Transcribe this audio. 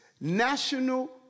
national